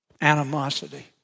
Animosity